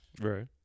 Right